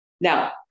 Now